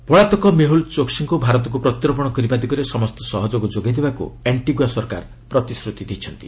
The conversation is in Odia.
ଚୋକ୍ସି ପଳାତକ ମେହୁଲ ଚୋକ୍ୱିଙ୍କୁ ଭାରତକୁ ପ୍ରତ୍ୟର୍ପଣ କରିବା ଦିଗରେ ସମସ୍ତ ସହଯୋଗ ଯୋଗାଇ ଦେବାକୁ ଆଷ୍ଟିଗୁଆ ସରକାର ପ୍ରତିଶ୍ରତି ଦେଇଛନ୍ତି